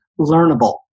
learnable